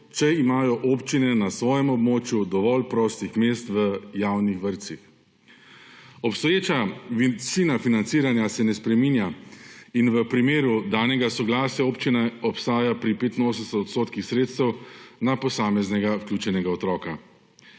če imajo občine na svojem območju dovolj prostih mest v javnih vrtcih. Obstoječa višina financiranja se ne spreminja in v primeru danega soglasja občine ostaja pri 85 odstotkih sredstev na posameznega vključenega otroka.